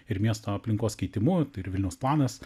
ir miesto aplinkos keitimu ir vilniaus planas